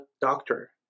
doctor